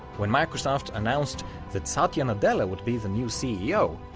when microsoft announced that satya nadella would be the new ceo,